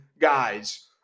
guys